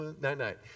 Night-night